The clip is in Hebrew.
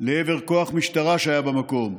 לעבר כוח משטרה שהיה במקום.